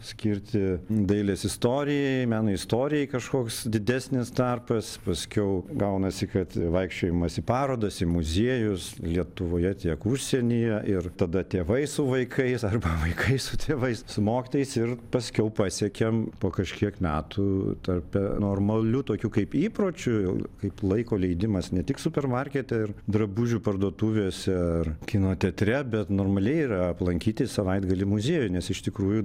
skirti dailės istorijai meno istorijai kažkoks didesnis tarpas paskiau gaunasi kad vaikščiojimas į parodas į muziejus lietuvoje tiek užsienyje ir tada tėvai su vaikais arba vaikai su tėvais su mokytojais ir paskiau pasiekiam po kažkiek metų tarpe normaliu tokiu kaip įpročiu kaip laiko leidimas ne tik supermarkete ir drabužių parduotuvėse ar kino teatre bet normaliai yra aplankyti savaitgalį muziejų nes iš tikrųjų